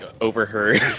overheard